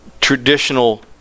traditional